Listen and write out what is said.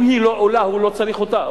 אם היא לא עולה הוא לא צריך אותה,